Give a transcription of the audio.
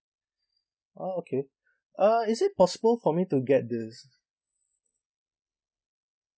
uh okay uh is it possible for me to get this